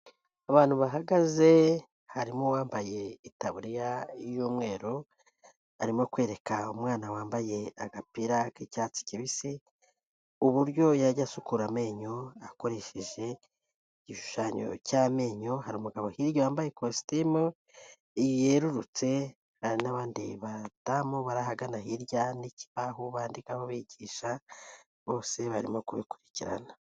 Abantu bahagaze harimo uwambaye itaburiya y'umweru, arimo kwereka umwana wambaye agapira k'icyatsi kibisi, uburyo yajya asukura amenyo akoresheje igishushanyo cy'amenyo, hari umugabo hirya wambaye ikositimu yerurutse, hari n'abandi badamu barahagana hirya n'ikibaho bandikaho bigisha, bose barimo kubikurikirana.